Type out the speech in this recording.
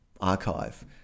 archive